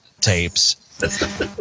tapes